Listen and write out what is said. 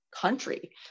country